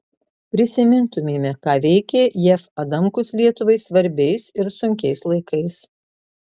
prisimintumėme ką veikė jav adamkus lietuvai svarbiais ir sunkiais laikais